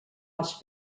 els